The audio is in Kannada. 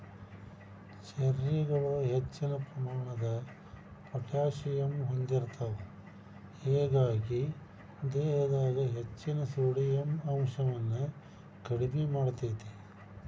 ಚೆರ್ರಿಗಳು ಹೆಚ್ಚಿನ ಪ್ರಮಾಣದ ಪೊಟ್ಯಾಸಿಯಮ್ ಹೊಂದಿರ್ತಾವ, ಹೇಗಾಗಿ ದೇಹದಾಗ ಹೆಚ್ಚಿನ ಸೋಡಿಯಂ ಅಂಶವನ್ನ ಕಡಿಮಿ ಮಾಡ್ತೆತಿ